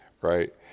right